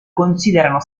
considerano